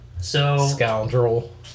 Scoundrel